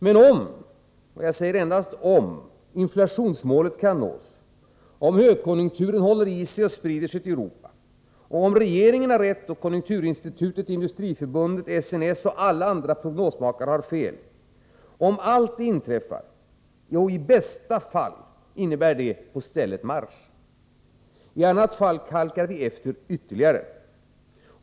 Men om -— och endast om — inflationsmålet kan nås, högkonjunkturen håller i sig och sprider sig till Europa och regeringen har rätt och konjunkturinstitutet, Industriförbundet, SNS och alla andra prognosmakare har fel, innebär det, i bästa fall, på stället marsch. I annat fall halkar vi efter ytterligare.